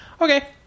Okay